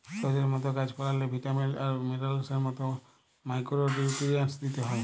শরীরের মত গাহাচ পালাল্লে ভিটামিল আর মিলারেলস এর মত মাইকোরো নিউটিরিএন্টস দিতে হ্যয়